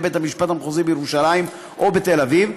בית המשפט המחוזי בירושלים או בתל אביב,